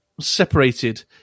separated